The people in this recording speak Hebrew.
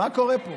מה קורה פה?